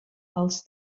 als